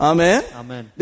Amen